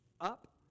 up